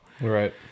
Right